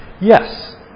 Yes